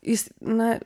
jis na